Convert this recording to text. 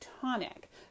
tonic